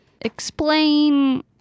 Explain